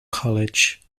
college